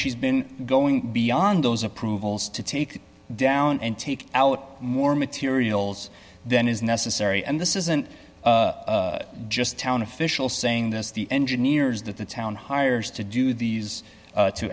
she's been going beyond those approvals to take down and take out more materials than is necessary and this isn't just a town official saying this the engineers that the town hires to do these